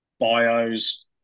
bios